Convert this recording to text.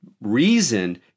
reason